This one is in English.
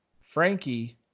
Frankie